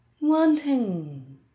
Wanting